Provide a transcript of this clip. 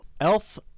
Elf